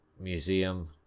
Museum